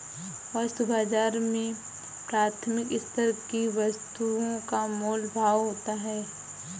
वस्तु बाजार में प्राथमिक स्तर की वस्तुओं का मोल भाव होता है